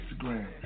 Instagram